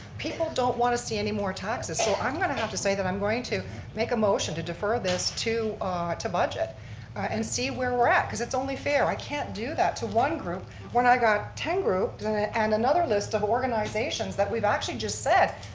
people don't want to see anymore taxes, so i'm going to have to say that i'm going to make a motion to defer this to to budget and see where we're at cause it's only fair. i can't do that to one group when i got ten groups and another list of organizations that we've actually just said,